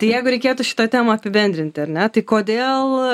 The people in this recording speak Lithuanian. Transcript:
tai jeigu reikėtų šitą temą apibendrinti ar ne tai kodėl